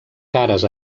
cares